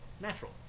natural